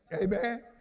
amen